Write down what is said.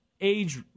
age